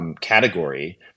category